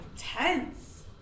Tense